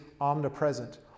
omnipresent